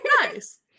nice